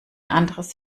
anderes